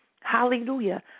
Hallelujah